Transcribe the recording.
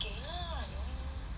给 lah 很容易 mah